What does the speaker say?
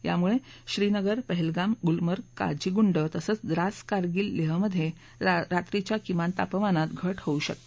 त्यामुळे श्रीनगर पहलगाम गुलमर्ग काजीगुंड तसंच द्रास कारगील आणि लेहमध्ये रात्रीच्या किमान तापमानात घट होऊ शकते